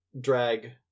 drag